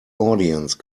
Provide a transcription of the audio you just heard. audience